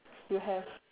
you have